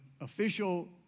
official